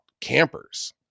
campers